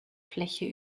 fläche